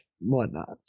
whatnot